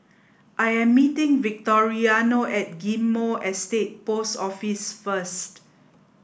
I am meeting Victoriano at Ghim Moh Estate Post Office first